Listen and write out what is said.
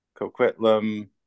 Coquitlam